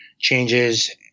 changes